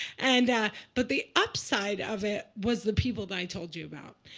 and but the upside of it was the people that i told you about.